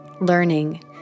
learning